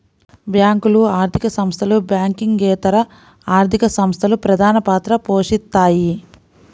బ్యేంకులు, ఆర్థిక సంస్థలు, బ్యాంకింగేతర ఆర్థిక సంస్థలు ప్రధానపాత్ర పోషిత్తాయి